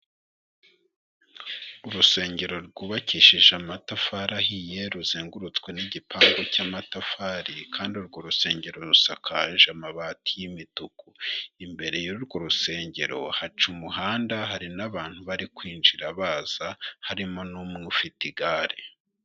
Urusengero rwubakishije amatafari ahiye, ruzengurutswe n'igipangu cy'amatafari, kandi urwo rusengero rusakaje amabati y'imituku, imbere y'urwo rusengero haca umuhanda, hari n'abantu bari kwinjira baza, harimo n'umwe ufite igare.